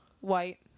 White